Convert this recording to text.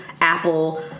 apple